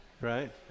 Right